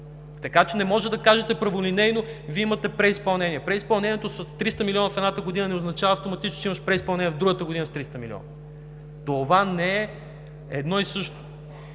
Така че не може да кажете праволинейно: Вие имате преизпълнение. Преизпълнението с 300 милиона в едната година не означава автоматично, че имаш преизпълнение в другата година с 300 милиона. Това не е едно и също.